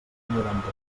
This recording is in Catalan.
noranta